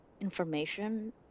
information